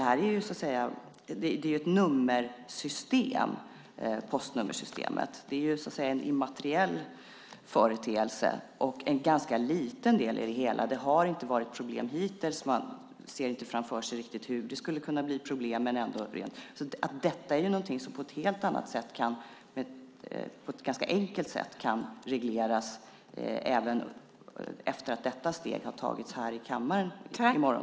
Här handlar det om ett nummersystem, postnummersystemet. Det är en immateriell företeelse och en ganska liten del i det hela. Det har inte varit några problem hittills, och man ser inte heller att det skulle kunna uppstå problem. Det är något som på ett ganska enkelt sätt kan regleras även efter det att beslut fattats i kammaren i morgon.